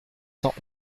cents